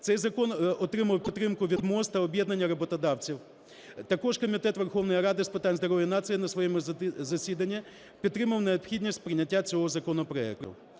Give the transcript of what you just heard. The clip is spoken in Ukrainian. Цей закон отримав підтримку від МОЗ та об'єднання роботодавців. Також Комітет Верховної Ради з питань здоров'я нації на своєму засіданні підтримав необхідність прийняття цього законопроекту.